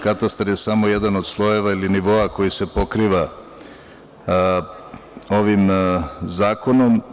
Katastar je samo jedan od slojeva ili nivoa koji se pokriva ovim zakonom.